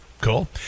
Cool